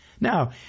Now